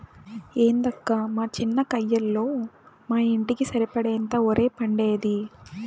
ఏందక్కా మా చిన్న కయ్యలో మా ఇంటికి సరిపడేంత ఒరే పండేది